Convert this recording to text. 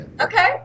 Okay